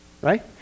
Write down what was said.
right